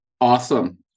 Awesome